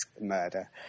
murder